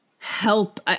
help